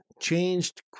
changed